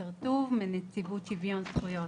מנציבות שוויון זכויות